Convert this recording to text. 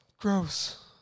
Gross